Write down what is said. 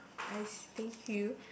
I see thank you